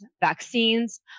vaccines